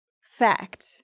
Fact